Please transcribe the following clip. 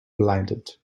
blinded